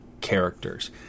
characters